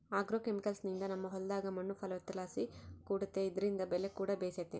ಆಗ್ರೋಕೆಮಿಕಲ್ಸ್ನಿಂದ ನಮ್ಮ ಹೊಲದಾಗ ಮಣ್ಣು ಫಲವತ್ತತೆಲಾಸಿ ಕೂಡೆತೆ ಇದ್ರಿಂದ ಬೆಲೆಕೂಡ ಬೇಸೆತೆ